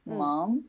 mom